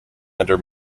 under